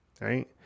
right